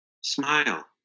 smile